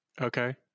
Okay